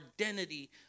identity